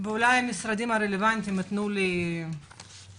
ואולי המשרדים הרלוונטיים יוכלו לתת לי הסברים.